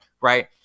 right